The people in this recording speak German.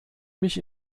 mich